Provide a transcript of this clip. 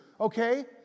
okay